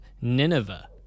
Nineveh